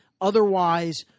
Otherwise